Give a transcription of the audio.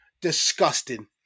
disgusting